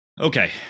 Okay